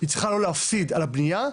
היא צריכה לא להפסיד על הבניה,